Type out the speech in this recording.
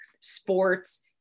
sports